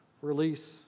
release